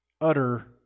utter